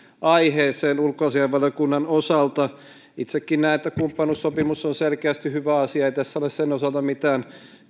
aiheeseen ulkoasiainvaliokunnan osalta itsekin näen että kumppanuussopimus on selkeästi hyvä asia ei tässä ole sen osalta mitään